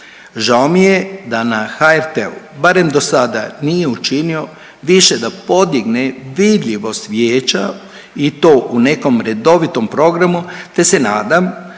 Žao mi je da na HRT-u barem dosada nije učinio više da podigne vidljivost vijeća i to u nekom redovitom programu te se nadam